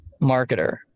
marketer